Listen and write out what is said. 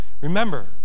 Remember